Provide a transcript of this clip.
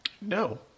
No